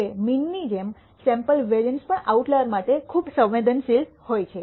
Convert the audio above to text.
હવે મીનની જેમ સૈમ્પલ વેરિઅન્સ પણ આઉટલાયર માટે ખૂબ સંવેદનશીલ હોય છે